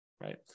right